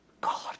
God